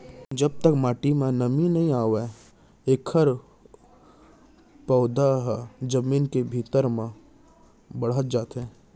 जब तक माटी म नमी नइ आवय एखर पउधा ह जमीन के भीतरी म बाड़हत जाथे